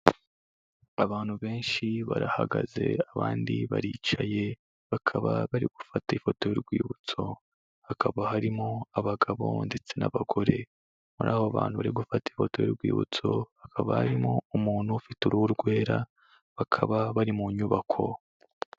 Abantu benshi barahagaze abandi baricaye, bakaba bari gufata ifoto y'urwibutso, hakaba harimo abagabo ndetse n'abagore, muri aba bantu bari gufata ifoto y'urwibutso hakaba harimo umuntu ufite uruhu rwera, bakaba bari mu nyubako.